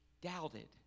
doubted